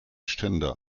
ständer